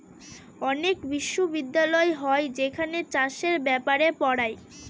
অনেক বিশ্ববিদ্যালয় হয় যেখানে চাষের ব্যাপারে পড়ায়